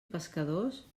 pescadors